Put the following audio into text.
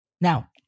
now